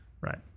Right